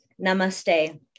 Namaste